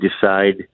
decide